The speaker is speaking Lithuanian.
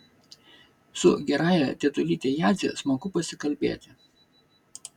su gerąja tetulyte jadze smagu pasikalbėti